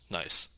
nice